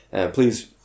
Please